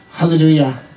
Hallelujah